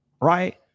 right